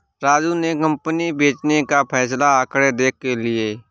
राजू ने कंपनी बेचने का फैसला आंकड़े देख के लिए